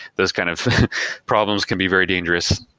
those kind of problems can be very dangerous.